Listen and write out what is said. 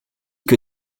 que